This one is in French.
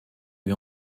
lui